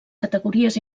categories